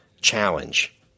challenge